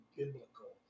biblical